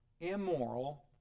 immoral